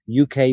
UK